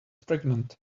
pregnant